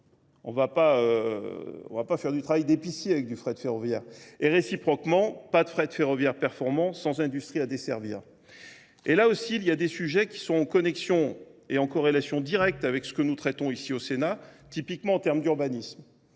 On va pas faire du travail d'épicier avec du frais de ferroviaire. Et réciproquement pas de frais de ferroviaire performant sans industries à desservir. Et là aussi il y a des sujets qui sont en connexion et en corrélation directe avec ce que nous traitons ici au Sénat, typiquement en termes d'urbanisme.